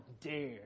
dare